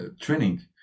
training